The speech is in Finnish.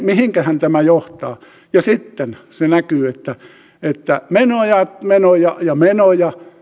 mihinkähän tämä johtaa ja sitten se näkyy että että menoja menoja ja menoja